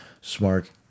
Smart